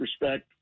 respect